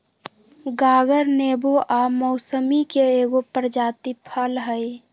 गागर नेबो आ मौसमिके एगो प्रजाति फल हइ